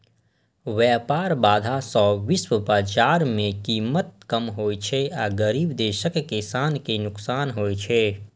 व्यापार बाधा सं विश्व बाजार मे कीमत कम होइ छै आ गरीब देशक किसान कें नुकसान होइ छै